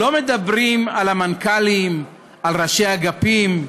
לא מדברים על המנכ"לים, על ראשי אגפים,